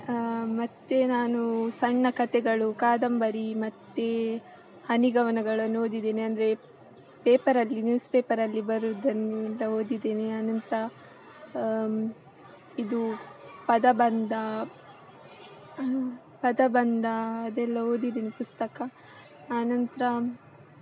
ಮತ್ತು ನಾನು ಸಣ್ಣ ಕತೆಗಳು ಕಾದಂಬರಿ ಮತ್ತೆ ಹನಿಗವನಗಳನ್ನು ಓದಿದ್ದೇನೆ ಅಂದರೆ ಪೇಪರಲ್ಲಿ ನ್ಯೂಸ್ ಪೇಪರಲ್ಲಿ ಬರೋದನ್ನೆಲ್ಲ ಓದಿದ್ದೇನೆ ಆನಂತರ ಇದು ಪದಬಂಧ ಪದಬಂಧ ಅದೆಲ್ಲ ಓದಿದ್ದೇನೆ ಪುಸ್ತಕ ಆನಂತರ